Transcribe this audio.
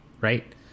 right